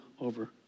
over